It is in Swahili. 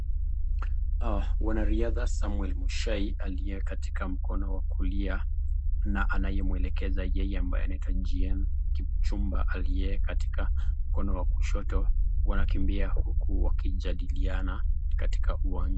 Wanariadha Samuel Mushai aliye katika mkono wa kulia na anayemwelekeza yeye ambaye anaitwa GM KIpchumba aliye katika mkono wa kushoto, wanakimbia huku wakijadiliana katika uwanja.